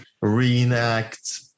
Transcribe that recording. reenact